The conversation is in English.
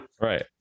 right